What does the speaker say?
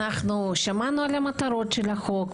אנחנו שמענו על המטרות של החוק,